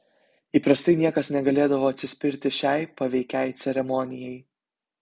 įprastai niekas negalėdavo atsispirti šiai paveikiai ceremonijai